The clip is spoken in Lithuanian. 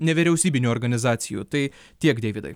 nevyriausybinių organizacijų tai tiek deividai